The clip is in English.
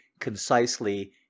concisely